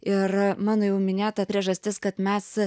ir mano jau minėta priežastis kad mes